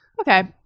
Okay